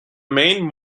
main